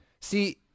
See